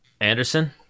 Anderson